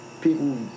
people